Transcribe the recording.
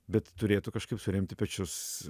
bet turėtų kažkaip suremti pečius